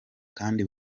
kandi